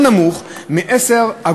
אז כולם רוצים כזה,